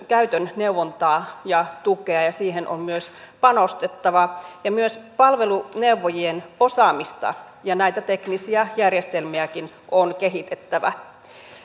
käytön neuvontaa ja tukea ja siihen on myös panostettava myös palveluneuvojien osaamista ja näitä teknisiä järjestelmiäkin on kehitettävä